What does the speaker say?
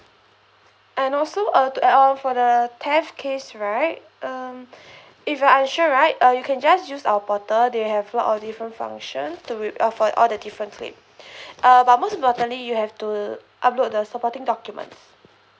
and also uh to add on for the the theft case right um if you're unsure right uh you can just use our portal they have a lot of different functions to with uh for the all the different slip uh but most importantly you have to upload the supporting documents